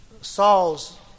Saul's